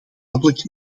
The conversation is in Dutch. dadelijk